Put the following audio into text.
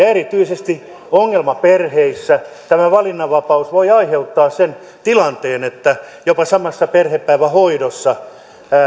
erityisesti ongelmaperheissä tämä valinnanvapaus voi aiheuttaa sen tilanteen että jopa samassa perhepäivähoidossa